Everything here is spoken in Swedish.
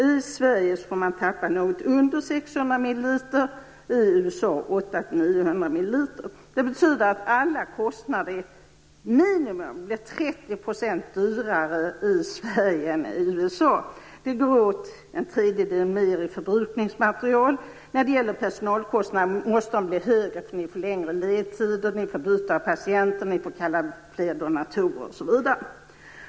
I Sverige får man tappa något under 600 ml, och i USA 800-900 ml. Det betyder att alla kostnader blir 30 % högre, minimum, i Sverige än i USA. Det går åt en tredjedel mer för förbrukningsmaterial. Personalkostnaderna måste bli högre, eftersom man får byta patienter och kalla fler donatorer, osv.